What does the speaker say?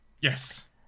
Yes